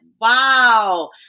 wow